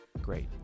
great